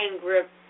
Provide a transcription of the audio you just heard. grip